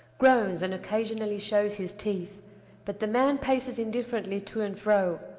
groans and occasionally shows his teeth but the man paces indifferently to and fro,